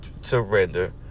surrender